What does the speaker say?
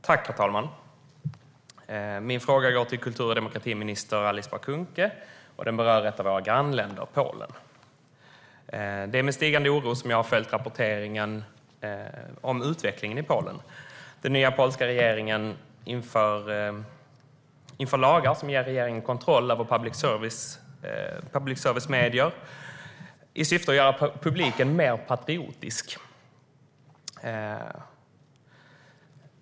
Herr talman! Min fråga går till kultur och demokratiminister Alice Bah Kuhnke. Den berör ett av våra grannländer, Polen. Det är med stigande oro jag följt rapporteringen om utvecklingen i Polen. Den nya polska regeringen inför lagar som ger regeringen kontroll över public service-medier i syfte att göra publiken mer patriotisk.